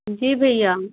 जी भैया